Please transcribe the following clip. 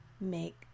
make